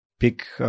pick